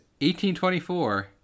1824